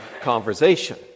conversation